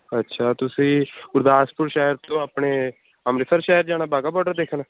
ਅੱਛਾ ਤੁਸੀਂ ਗੁਰਦਾਸਪੁਰ ਸ਼ਹਿਰ ਤੋਂ ਆਪਣੇ ਅੰਮ੍ਰਿਤਸਰ ਸ਼ਹਿਰ ਜਾਣਾ ਵਾਹਗਾ ਬੋਡਰ ਦੇਖਣ